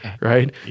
Right